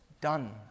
done